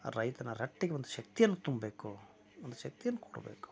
ಆ ರೈತನ ರಟ್ಟಿಗೆ ಒಂದು ಶಕ್ತಿಯನ್ನು ತುಂಬ ಬೇಕು ಒಂದು ಶಕ್ತಿಯನ್ನು ಕೊಡಬೇಕು